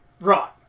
Right